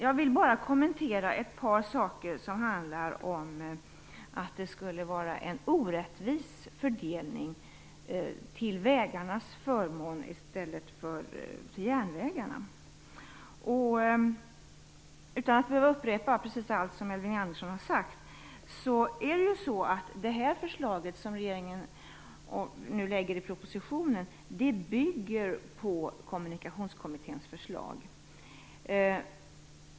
Jag vill bara kommentera ett par saker som handlar om att fördelningen skulle vara orättvis och till vägarnas fördel och till järnvägarnas nackdel. Jag behöver inte upprepa allt som Elving Andersson har sagt, men det förslag som regeringen nu lägger fram i propositionen bygger på Kommunikationskommitténs förslag.